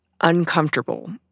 uncomfortable